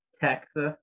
texas